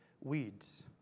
weeds